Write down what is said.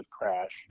crash